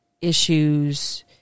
issues